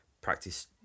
practice